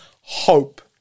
hope